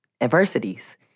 adversities